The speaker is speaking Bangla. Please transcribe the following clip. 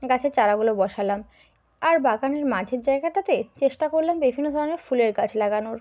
গাছের চারাগুলো বসালাম আর বাগানের মাঝের জায়গাটাতে চেষ্টা করলাম বিভিন্ন ধরনের ফুলের গাছ লাগানোর